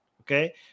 Okay